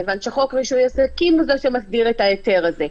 כיוון שחוק רישוי עסקים הוא זה שמסדיר את ההיתר הזה.